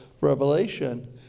Revelation